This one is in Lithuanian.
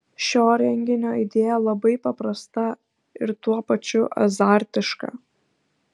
šio renginio idėja labai paprasta ir tuo pačiu azartiška